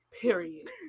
Period